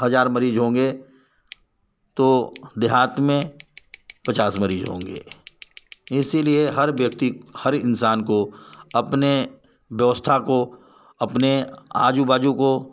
हज़ार मरीज़ होंगे तो देहात में पचास मरीज़ होंगे इसीलिए हर व्यक्ति हर इंसान को अपने व्यवस्था को अपने आज़ू बाज़ू को